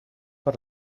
per